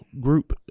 group